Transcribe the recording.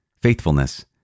faithfulness